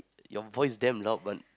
your voice damn loud one